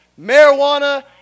marijuana